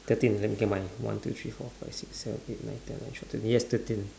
thirteen let me count my one two three four five six seven eight nine ten eleven twelve thirteen yes thirteen